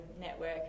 network